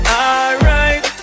alright